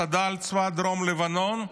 צד"ל, צבא דרום לבנון,